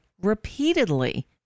repeatedly